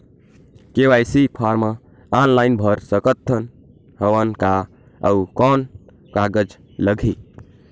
KYC form online भर सकत हवं का? अउ कौन कागज लगही?